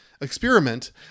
experiment